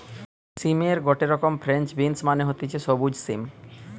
সিমের গটে রকম ফ্রেঞ্চ বিনস মানে হতিছে সবুজ সিম